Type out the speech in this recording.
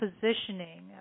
positioning